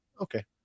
Okay